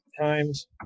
times